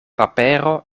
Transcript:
papero